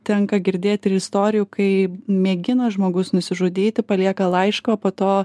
tenka girdėt ir istorijų kai mėgina žmogus nusižudyti palieka laišką o po to